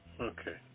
Okay